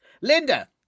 Linda